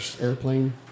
Airplane